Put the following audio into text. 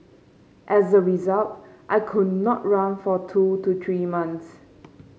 as a result I could not run for two to three months